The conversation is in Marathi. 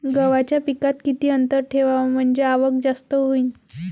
गव्हाच्या पिकात किती अंतर ठेवाव म्हनजे आवक जास्त होईन?